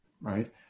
Right